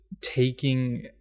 taking